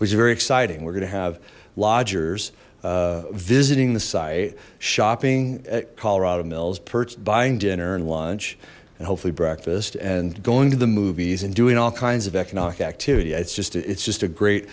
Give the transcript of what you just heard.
is very exciting we're gonna have lodgers visiting the site shopping at colorado mills perched buying dinner and lunch and hopefully breakfast and going to the movies and doing all kinds of economic activity it's just it's just a great